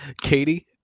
Katie